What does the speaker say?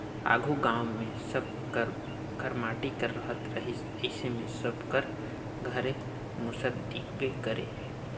आघु गाँव मे सब कर घर माटी कर रहत रहिस अइसे मे सबकर घरे मूसर दिखबे करे